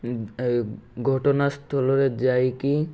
ଘଟଣା ସ୍ଥଳରେ ଯାଇକି